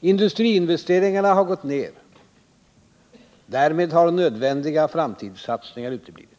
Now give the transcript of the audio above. Industriinvesteringarna har gått ned. Därmed har nödvändiga framtidssatsningar uteblivit.